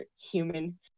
human